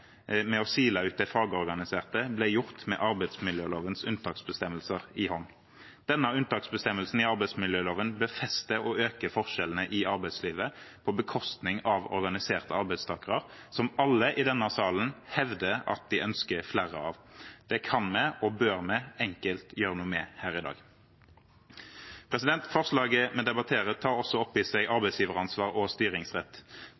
med å sile ut de fagorganiserte ble gjort med arbeidsmiljølovens unntaksbestemmelser i hånden. Denne unntaksbestemmelsen i arbeidsmiljøloven befester og øker forskjellene i arbeidslivet på bekostning av organiserte arbeidstakere, som alle i denne salen hevder at de ønsker flere av. Det kan og bør vi enkelt gjøre noe med her i dag. Forslaget vi debatterer, tar også opp i seg